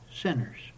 sinners